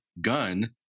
gun